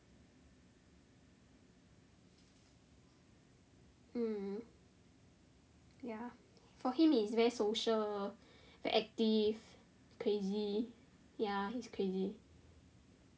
mm ya for him it's very social very active crazy ya he is crazy